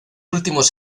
últimos